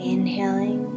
Inhaling